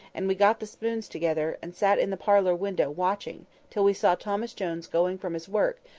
and we got the spoons together, and sat in the parlour-window watching till we saw thomas jones going from his work,